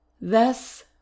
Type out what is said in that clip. Thus